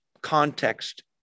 context